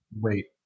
wait